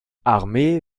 armee